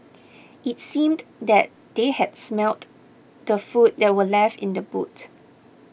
it seemed that they had smelt the food that were left in the boot